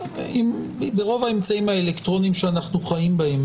רוב האמצעים האלקטרונים שאנחנו משתמשים בהם